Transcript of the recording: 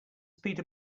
peter